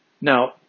Now